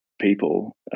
people